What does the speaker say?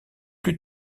plus